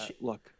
look